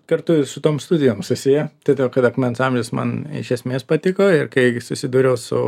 kartu su tom studijom susiję todėl kad akmens amžius man iš esmės patiko ir kai susidūriau su